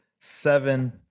seven